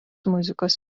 muzikos